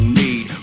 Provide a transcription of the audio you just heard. need